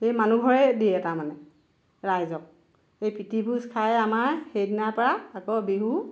সেই মানুহ ঘৰে দিয়ে তাৰমানে ৰাইজক এই প্ৰীতি ভোজ খাই আমাৰ সেইদিনাৰ পৰা আকৌ বিহু